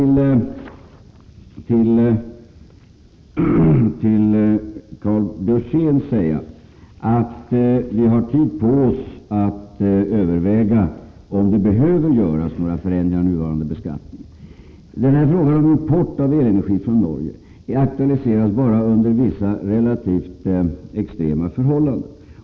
Till Karl Björzén vill jag säga att vi har tid på oss att överväga om det behöver göras några förändringar av nuvarande beskattning. Frågan om import av elenergi från Norge är aktualiserad bara under vissa relativt extrema förhållanden.